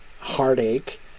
heartache